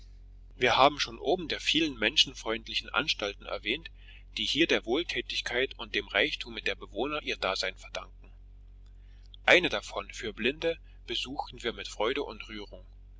wir haben schon oben der vielen menschenfreundlichen anstalten erwähnt die hier der wohltätigkeit und dem reichtume der einwohner ihr dasein verdanken eine davon für blinde besuchten wir mit freude und rührung